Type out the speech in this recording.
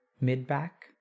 Mid-back